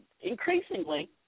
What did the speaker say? increasingly